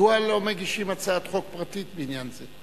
מדוע לא מגישים הצעת חוק פרטית בעניין זה?